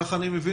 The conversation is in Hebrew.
כך אני מבין.